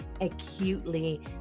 acutely